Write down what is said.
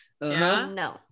No